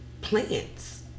plants